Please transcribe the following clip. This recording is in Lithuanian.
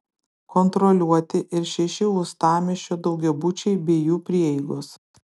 kontroliuoti ir šeši uostamiesčio daugiabučiai bei jų prieigos